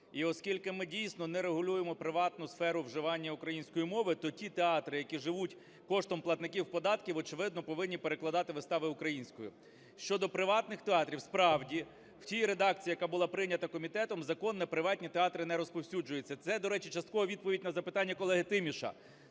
І оскільки ми дійсно не регулюємо приватну сферу вживання української мови, то ті театри, які живуть коштом платників податків, очевидно повинні перекладати вистави українською. Щодо приватних театрів, справді в тій редакції, яка була прийнята комітетом, закон на приватні театри не розповсюджується. Це, до речі, часткова відповідь на запитання колеги Тіміша.